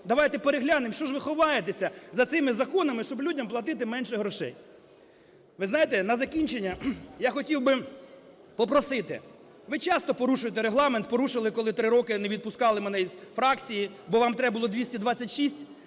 Давайте переглянемо, що ж ви ховаєтесь за цими законами, щоб людям платити менше грошей. Ви знаєте, на закінчення я хотів би попросити, ви часто порушуєте Регламент, порушили, коли 3 роки не відпускали мене із фракції, бо вам треба було 226,